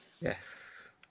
yes